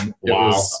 Wow